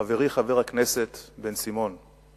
חברי חבר הכנסת בן-סימון,